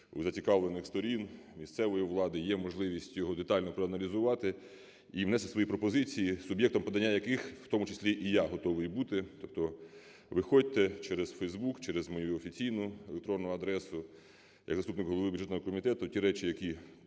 у зацікавлених сторін, місцевої влади є можливість його детально проаналізувати і внести свої пропозиції, суб'єктом подання яких в тому числі і я готовий бути. Тобто виходьте через Фейсбук, через мою офіційну електронну адресу. Як заступник голови бюджетного комітету ті речі, які